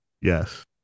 Yes